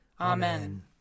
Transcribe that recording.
Amen